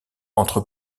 entre